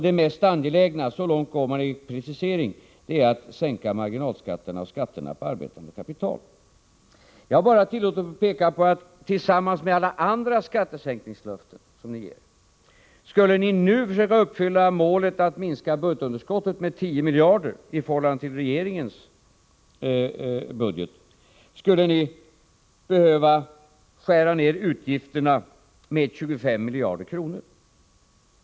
Det mest angelägna — så långt går ni i preciseringar — är att sänka marginalskatterna och skatterna på arbetande kapital. Här har jag bara tillåtit mig att peka på följande. Skulle ni nu försöka uppfylla löftet att minska budgetunderskottet med 10 miljarder i förhållande till regeringens budget, tillsammans med alla era andra skattesänkningslöften, då skulle ni behöva skära ned utgifterna med 25 miljarder.